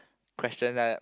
question that I